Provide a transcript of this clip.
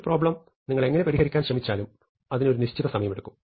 ഒരു പ്രോബ്ലം നിങ്ങൾ എങ്ങനെ പരിഹരിക്കാൻ ശ്രമിച്ചാലും അതിന് ഒരു നിശ്ചിത സമയം എടുക്കും